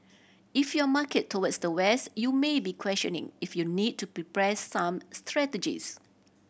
if your market towards the West you may be questioning if you need to prepare some strategies